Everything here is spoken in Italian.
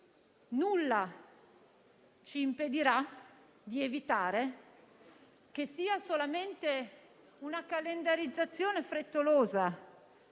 Nulla però ci impedirà di evitare che sia solamente una calendarizzazione frettolosa